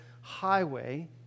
highway